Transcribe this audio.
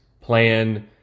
plan